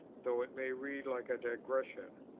though it may read like a digression.